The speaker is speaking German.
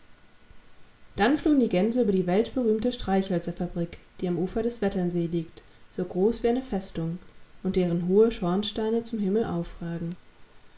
dann flogen die gänse über die weltberühmte streichhölzerfabrik die am ufer des wetternsees liegt so groß wie eine festung und deren hohe schornsteinezumhimmelaufragen aufdenhöfenrührtesichkeinmensch